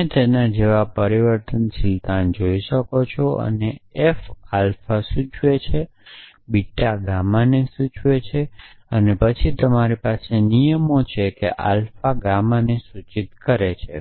તમે તેના જેવા પરિવર્તનશીલતાને જોઈ શકો છો અને એફ આલ્ફા સૂચવે છે બીટા ગર્માને સૂચવે છે પછી તમારી પાસે નિયમો છે કે આલ્ફા ગામાને સૂચિત કરે છે